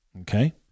Okay